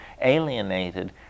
alienated